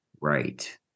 Right